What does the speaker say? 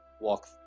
walk